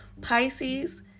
Pisces